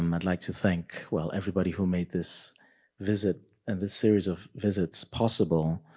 um i'd like to thank, well, everybody who made this visit and this series of visits possible,